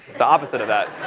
the opposite of that